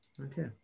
Okay